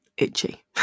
itchy